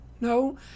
No